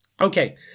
Okay